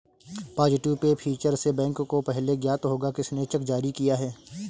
positive pay feature से bank को पहले ज्ञात होगा किसने चेक जारी किया है